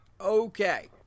okay